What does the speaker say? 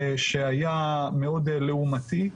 שהיה מאוד לעומתי.